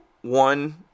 One